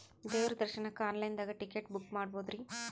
ದೇವ್ರ ದರ್ಶನಕ್ಕ online ದಾಗ ಟಿಕೆಟ ಬುಕ್ಕ ಮಾಡ್ಬೊದ್ರಿ?